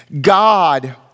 God